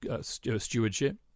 stewardship